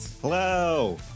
Hello